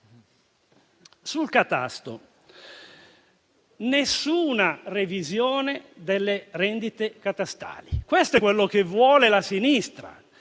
il catasto, nessuna revisione delle rendite catastali: questo è quello che vuole la sinistra.